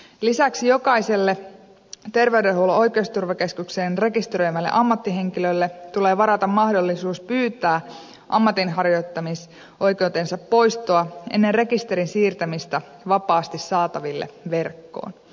lisäksi jokaiselle terveydenhuollon oikeusturvakeskuksen rekisteröimälle ammattihenkilölle tulee varata mahdollisuus pyytää ammatinharjoittamisoikeutensa poistoa ennen rekisterin siirtämistä vapaasti saataville verkkoon